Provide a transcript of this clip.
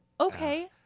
Okay